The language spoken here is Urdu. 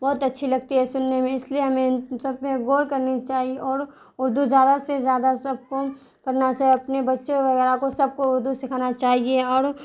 بہت اچھی لگتی ہے سننے میں اس لیے ہمیں ان سب میں غور کرنی چاہیے اور اردو زیادہ سے زیادہ سب کو پڑھنا چاہیے اپنے بچے وغیرہ کو سب کو اردو سکھانا چاہیے اور